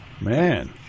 Man